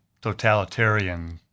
totalitarian